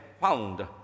found